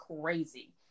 crazy